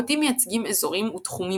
הבתים מייצגים אזורים ותחומים ותחומים בחיים,